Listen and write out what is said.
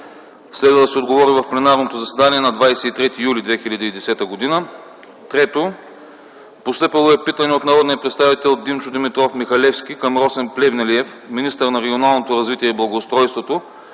Следва да се отговори в пленарното заседание на 23 юли 2010 г.; - питане от народния представител Димчо Димитров Михалевски към Росен Плевнелиев – министър на регионалното развитие и благоустройството,